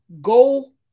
goal